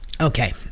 Okay